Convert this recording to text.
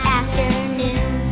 afternoon